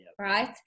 right